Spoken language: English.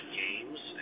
games